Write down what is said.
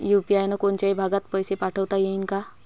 UPI न कोनच्याही भागात पैसे पाठवता येईन का?